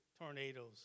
tornadoes